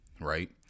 right